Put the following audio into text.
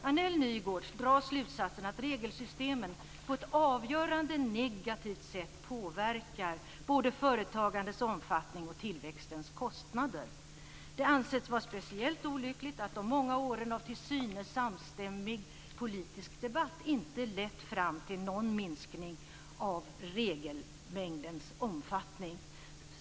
Annell och Nygårds drar slutsatsen att regelsystemen på ett avgörande negativt sätt påverkar både företagandets omfattning och tillväxtens kostnader. Det anses vara speciellt olyckligt att de många åren av till synes samstämmig politisk debatt inte lett fram till någon minskning av regelmängdens omfattning.